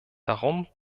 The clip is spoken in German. darum